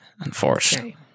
unfortunately